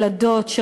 ילדות,